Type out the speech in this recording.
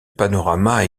panorama